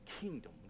kingdom